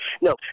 No